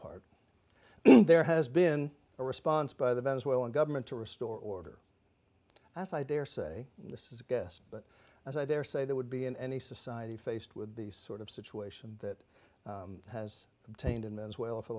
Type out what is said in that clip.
part there has been a response by the venezuelan government to restore order as i daresay this is a guess but as i daresay that would be in any society faced with the sort of situation that has obtained in men's well for the